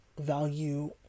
value